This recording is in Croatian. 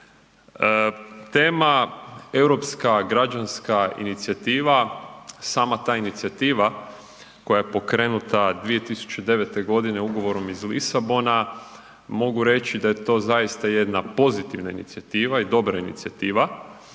Tema Europska građanska inicijativa, sama ta inicijativa koja je pokrenuta 2009. godine ugovorom iz Lisabona, mogu reći da je to zaista jedna pozitivna inicijativa i dobra inicijativa.